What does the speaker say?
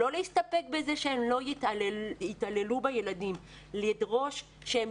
לא להסתפק בזה שהן לא יתעללו בילדים אלא לדרוש שהן